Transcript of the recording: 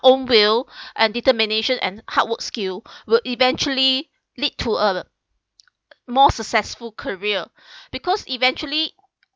own will and determination and hard work skill will eventually lead to a more successful career because eventually